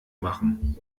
machen